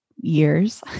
years